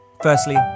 Firstly